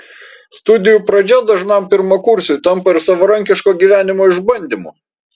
studijų pradžia dažnam pirmakursiui tampa ir savarankiško gyvenimo išbandymu